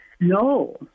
No